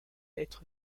être